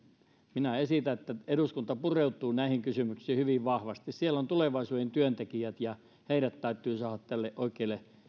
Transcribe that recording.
minä esitän että eduskunta pureutuu näihin kysymyksiin hyvin vahvasti siellä on tulevaisuuden työntekijät ja heidät täytyy saada tälle oikealle